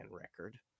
record